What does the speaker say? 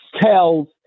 tells